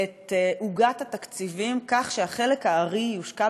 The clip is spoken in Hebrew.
את עוגת התקציבים כך שחלק הארי יושקע